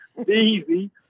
Easy